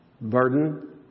burden